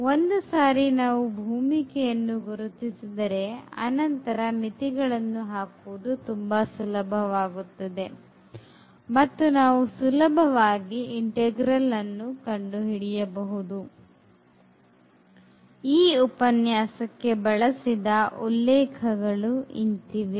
ಒಂದು ಸಾರಿ ನಾವು ಭೂಮಿಕೆಯನ್ನು ಗುರುತಿಸಿದರೆ ಅನಂತರ ಮಿತಿಗಳನ್ನು ಹಾಕುವುದು ತುಂಬಾ ಸುಲಭವಾಗುತ್ತದೆ ಮತ್ತು ನಾವು ಸುಲಭವಾಗಿ ಇಂಟೆಗ್ರಲ್ ಅನ್ನು ಕಂಡುಹಿಡಿಯಬಹುದು ಈ ಉಪನ್ಯಾಸಕ್ಕೆ ಬಳಸಿದ ಉಲ್ಲೇಖಗಳು ಇಂತಿವೆ